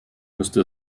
müsste